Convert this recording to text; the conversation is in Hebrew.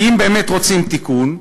כי אם באמת רוצים תיקון,